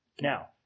Now